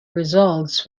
results